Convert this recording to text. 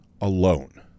Alone